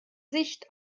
sicht